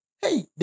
Hey